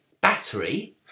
battery